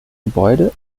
gebäude